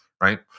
right